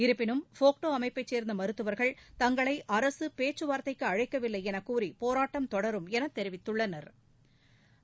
இருப்பினும் ஃபோக்டோ அமைப்பைச் சேர்ந்த மருத்துவர்கள் தங்களை அரசு பேச்சுவார்த்தைக்கு அழைக்கவில்லை என கூறி போராட்டம் தொடரும் என தெரிவித்துள்ளனா்